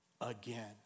again